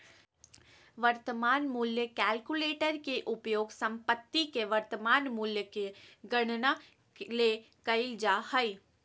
वर्तमान मूल्य कलकुलेटर के उपयोग संपत्ति के वर्तमान मूल्य के गणना ले कइल जा हइ